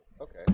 okay